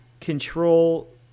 control